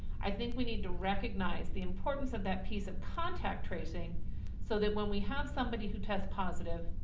i think we need to recognize the importance of that piece of contact tracing so that when we have somebody who test positive,